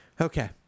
okay